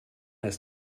ist